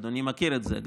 אדוני מכיר את זה,